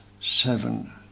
seven